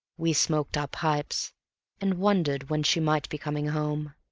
we smoked our pipes and wondered when she might be coming home,